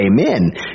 amen